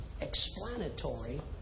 explanatory